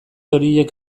horiek